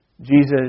Jesus